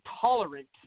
tolerant